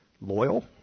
loyal